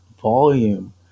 volume